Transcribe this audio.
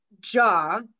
jaw